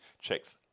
checks